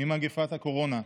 עם מגפת הקורונה.